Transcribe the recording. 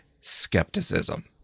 skepticism